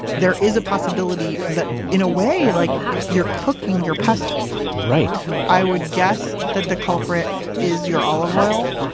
there is a possibility that, in a way, like you're cooking your pesto right i would guess that the culprit is your olive oil,